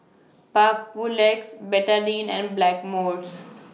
Papulex Betadine and Blackmores